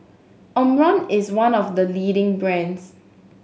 Omron is one of the leading brands